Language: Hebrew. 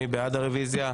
מי בעד הרוויזיה?